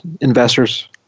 investors